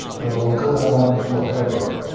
that will go on forever.